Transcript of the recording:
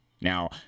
Now